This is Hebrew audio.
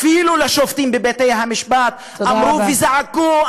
אפילו לשופטים בבתי-המשפט אמרו וזעקו,